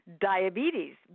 Diabetes